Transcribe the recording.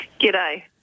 G'day